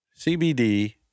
CBD